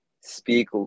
speak